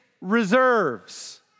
Reserves